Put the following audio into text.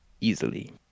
easily